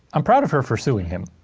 i'm proud of her for suing him.